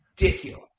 ridiculous